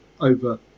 over